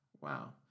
Wow